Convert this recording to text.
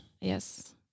Yes